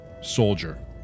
soldier